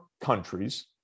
countries